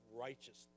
righteousness